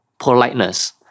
politeness